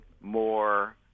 more